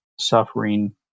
suffering